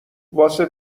واسه